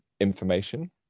information